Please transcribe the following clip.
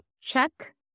check